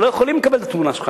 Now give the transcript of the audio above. שלא יכולים לקבל את התמונה שלך,